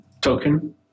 token